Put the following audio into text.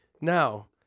Now